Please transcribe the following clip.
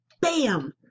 BAM